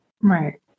Right